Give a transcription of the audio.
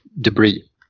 debris